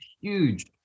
huge